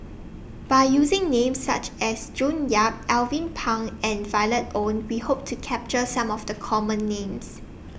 By using Names such as June Yap Alvin Pang and Violet Oon We Hope to capture Some of The Common Names